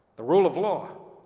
the rule of law